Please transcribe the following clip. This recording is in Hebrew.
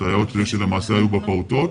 הסייעות שלמעשה היו בפעוטות,